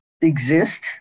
exist